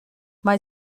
mae